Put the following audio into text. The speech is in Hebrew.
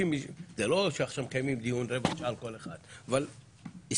לא מקיימים דיון של רבע שעה על כל אחד, אבל אזכור.